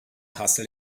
hustle